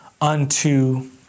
unto